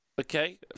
Okay